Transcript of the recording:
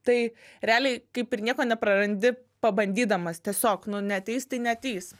tai realiai kaip ir nieko neprarandi pabandydamas tiesiog nu neateis tai neateis